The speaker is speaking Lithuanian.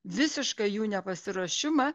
visišką jų nepasiruošimą